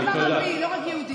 גם ערבי, לא רק יהודי.